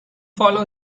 follow